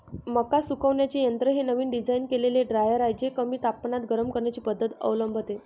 मका सुकवण्याचे यंत्र हे नवीन डिझाइन केलेले ड्रायर आहे जे कमी तापमानात गरम करण्याची पद्धत अवलंबते